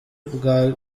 bwa